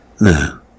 no